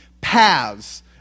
paths